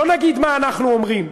לא נגיד מה אנחנו אומרים.